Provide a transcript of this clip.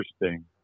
interesting